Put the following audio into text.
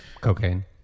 Cocaine